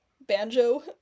Banjo